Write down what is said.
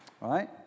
right